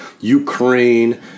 ukraine